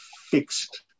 fixed